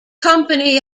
company